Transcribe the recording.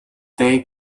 thee